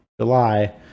July